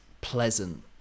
pleasant